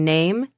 Name